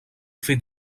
fait